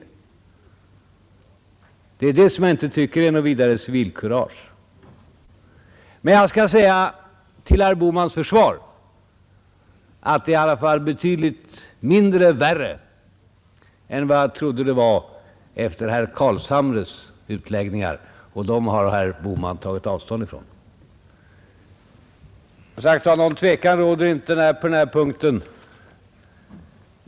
Jag tycker inte att det innebär något vidare civilkurage. Men jag skall säga till herr Bohmans försvar att det i alla fall är betydligt mindre illa än jag trodde det var efter herr Carlshamres utläggningar — och dem har herr Bohman tagit avstånd ifrån. Någon tvekan råder som sagt inte på den här punkten.